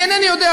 אני אינני יודע,